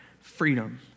freedom